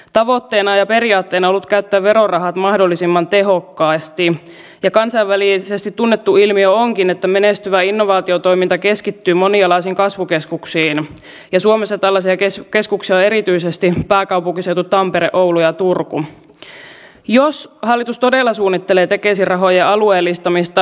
eta maat venäjä periaatteena ollut käyttää verorahat mahdollisimman tehokkaasti ja olemassa mutta on tosiasia että vaikka kanta arkisto takaakin tiedonsiirron se ei ole vaikuttanut juuri mitään näihin terveydenhuollon toimintaprosesseihin eikä se ole tuonut säästöjä myöskään terveydenhuoltoon